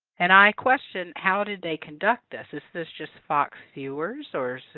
and i question how did they conduct this. is this just fox viewers or is this,